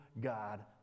God